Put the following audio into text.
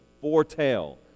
foretell